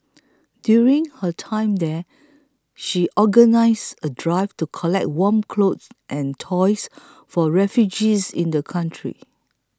during her time there she organised a drive to collect warm clothing and toys for refugees in the country